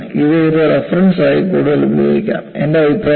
ഇത് ഒരു റഫറൻസായി കൂടുതൽ ഉപയോഗിക്കാം എന്റെ അഭിപ്രായത്തിൽ